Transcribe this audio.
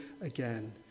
again